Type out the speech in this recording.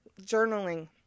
journaling